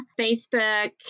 Facebook